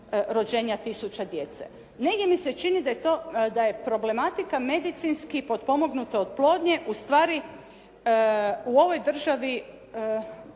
rođenja tisuća djece. Negdje mi se čini da je problematika medicinski potpomognute oplodnje ustvari u ovoj državi